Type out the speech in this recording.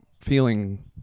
feeling